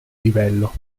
livello